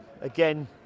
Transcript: again